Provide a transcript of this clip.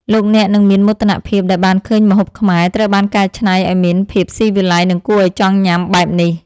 លោកអ្នកនឹងមានមោទនភាពដែលបានឃើញម្ហូបខ្មែរត្រូវបានកែច្នៃឱ្យមានភាពស៊ីវិល័យនិងគួរឱ្យចង់ញ៉ាំបែបនេះ។